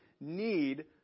need